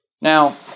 Now